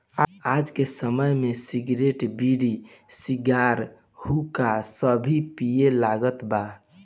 आज के समय में सिगरेट, बीड़ी, सिगार, हुक्का सभे पिए लागल बा